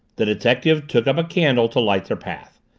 the detective took up a candle to light their path.